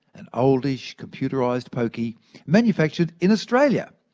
an old-ish computerised pokie manufactured in australia.